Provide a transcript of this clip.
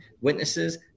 witnesses